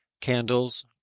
Candles